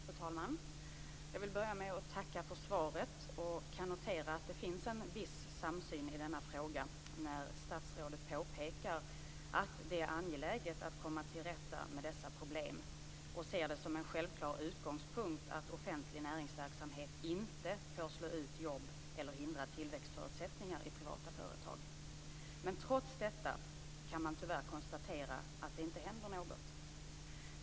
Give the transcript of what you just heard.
Fru talman! Jag vill börja med att tacka för svaret. Jag kan notera att det finns en viss samsyn i denna fråga, när statsrådet påpekar att det är angeläget att komma till rätta med dessa problem och ser det som en självklar utgångspunkt att offentlig näringsverksamhet inte får slå ut jobb eller hindra tillväxtförutsättningar i privata företag. Trots detta kan man tyvärr konstatera att det inte händer någonting.